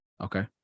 okay